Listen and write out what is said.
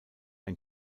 ein